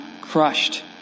crushed